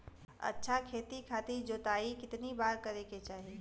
अच्छा खेती खातिर जोताई कितना बार करे के चाही?